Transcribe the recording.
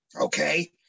okay